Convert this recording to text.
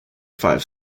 five